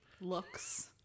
looks